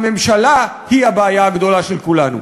הממשלה היא הבעיה הגדולה של כולנו.